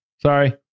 sorry